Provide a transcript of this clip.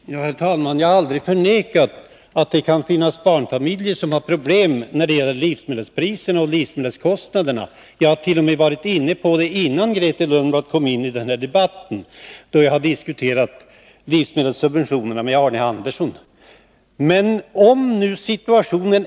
Herr talman! Jag har aldrig förnekat att det kan finnas barnfamiljer som har problem på grund av de höga livsmedelspriserna. Det är en fråga som jag faktiskt tog upp innan Grethe Lundblad gav sig ini debatten, nämligen då jag diskuterade livsmedelssubventionerna med Arne Andersson i Ljung.